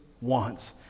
wants